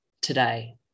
today